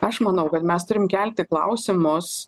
aš manau kad mes turim kelti klausimus